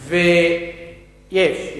יש.